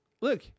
look